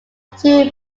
two